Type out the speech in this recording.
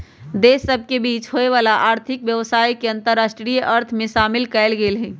देश सभ के बीच होय वला आर्थिक व्यवसाय के अंतरराष्ट्रीय अर्थ में शामिल कएल गेल हइ